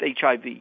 HIV